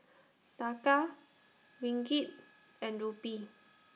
Taka Ringgit and Rupee